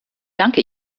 danke